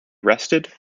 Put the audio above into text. rested